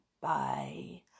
bye